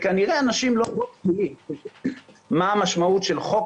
כנראה אנשים לא מבינים מה המשמעות של חוק